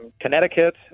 Connecticut